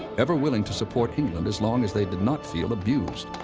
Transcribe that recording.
ever willing to support england as long as they did not feel abused.